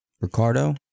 Ricardo